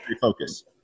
focus